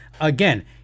Again